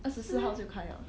二十四号就开 liao